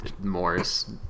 Morris